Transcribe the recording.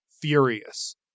Furious